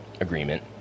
agreement